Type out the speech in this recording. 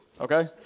okay